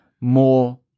more